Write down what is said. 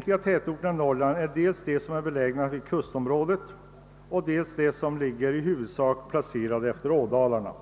Tätorterna i Norrland är belägna dels i kustområdet, dels utefter ådalarna.